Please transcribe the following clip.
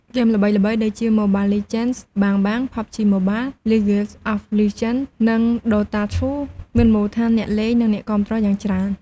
ហ្គេមល្បីៗដូចជា Mobile Legends: Bang Bang , PUBG Mobile, League of Legends, និង Dota 2 មានមូលដ្ឋានអ្នកលេង និងអ្នកគាំទ្រយ៉ាងច្រើន។